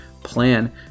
plan